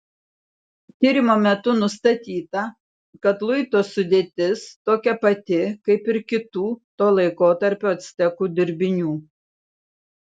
tyrimo metu nustatyta kad luito sudėtis tokia pati kaip ir kitų to laikotarpio actekų dirbinių